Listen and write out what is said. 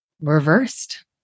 reversed